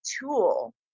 tool